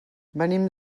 venim